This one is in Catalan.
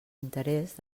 interès